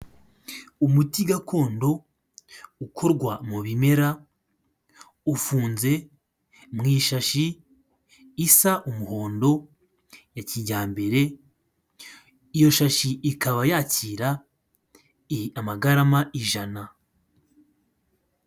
Umuti gakondo ukorwa mu bimera ufunze mu ishashi ishya umuhondo ya kijyambere iyo shashi ikaba yakira amagarama ijana.